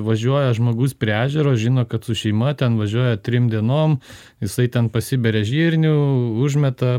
važiuoja žmogus prie ežero žino kad su šeima ten važiuoja trim dienom jisai ten pasiberia žirnių užmeta